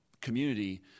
community